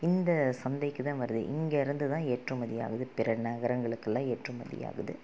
இந்த சந்தைக்குதான் வருது இங்கேயிருந்துதான் ஏற்றுமதி ஆகுது பிற நகரங்களுக்கெல்லாம் ஏற்றுமதி ஆகுது